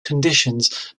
conditions